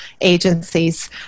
agencies